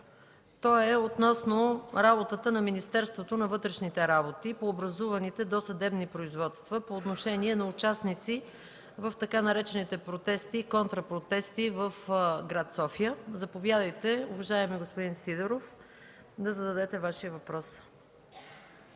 относно работата на Министерството на вътрешните работи по образуваните досъдебни производства по отношение на участници в така наречените „протести и контрапротести“ в град София. Заповядайте, уважаеми господин Сидеров, да зададете Вашия въпрос.